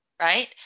right